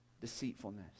deceitfulness